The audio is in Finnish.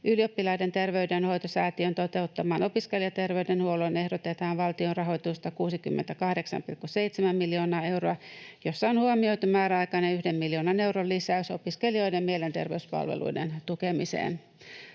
Ylioppilaiden terveydenhoitosäätiön toteuttamaan opiskelijaterveydenhuoltoon ehdotetaan valtion rahoitusta 68,7 miljoonaa euroa, jossa on huomioitu määräaikainen 1 miljoonan euron lisäys opiskelijoiden mielenterveyspalveluiden tukemiseen.